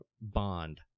bond